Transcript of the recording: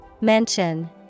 Mention